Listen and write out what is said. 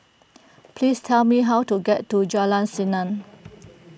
please tell me how to get to Jalan Senang